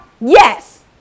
Yes